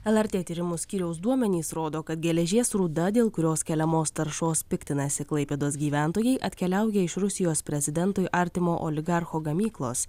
lrt tyrimų skyriaus duomenys rodo kad geležies rūda dėl kurios keliamos taršos piktinasi klaipėdos gyventojai atkeliauja iš rusijos prezidentui artimo oligarcho gamyklos